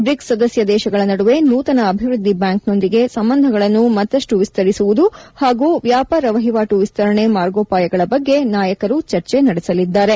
ಬ್ರಿಕ್ಪ್ ಸದಸ್ಯ ದೇಶಗಳ ನಡುವೆ ನೂತನ ಅಭಿವೃದ್ದಿ ಬ್ಯಾಂಕ್ನೊಂದಿಗೆ ಸಂಬಂಧಗಳನ್ನು ಮತ್ತಷ್ನು ವಿಸ್ತರಿಸುವುದು ಹಾಗೂ ವ್ಯಾಪಾರ ವಹಿವಾಟು ವಿಸ್ತರಣೆ ಮಾರ್ಗೋಪಾಯಗಳ ಬಗ್ಗೆ ನಾಯಕರು ಚರ್ಚೆ ನಡೆಸಲಿದ್ದಾರೆ